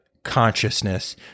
consciousness